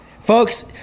folks